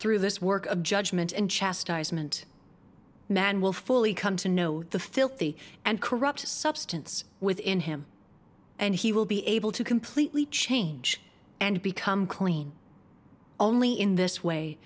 through this work of judgment and chastisement man will fully come to know the filthy and corrupt substance within him and he will be able to completely change and become clean only in this way